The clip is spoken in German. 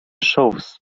shows